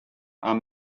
are